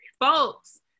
folks